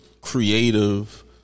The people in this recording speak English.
creative